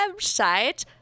website